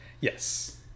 Yes